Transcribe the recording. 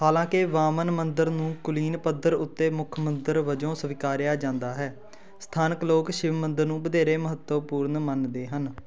ਹਾਲਾਂਕਿ ਵਾਮਨ ਮੰਦਰ ਨੂੰ ਕੁਲੀਨ ਪੱਧਰ ਉੱਤੇ ਮੁੱਖ ਮੰਦਰ ਵਜੋਂ ਸਵੀਕਾਰਿਆ ਜਾਂਦਾ ਹੈ ਸਥਾਨਕ ਲੋਕ ਸ਼ਿਵ ਮੰਦਰ ਨੂੰ ਵਧੇਰੇ ਮਹੱਤਵਪੂਰਨ ਮੰਨਦੇ ਹਨ